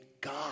god